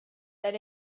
that